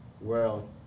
world